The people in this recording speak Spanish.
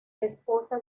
esposa